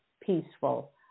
peaceful